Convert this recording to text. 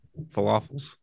falafels